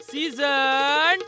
Season